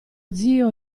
zio